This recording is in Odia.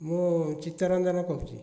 ମୁଁ ଚିତ୍ତରଞ୍ଜନ କହୁଛି